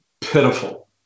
pitiful